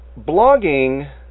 blogging